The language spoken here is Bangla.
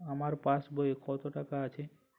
আমার পাসবই এ কত টাকা আছে?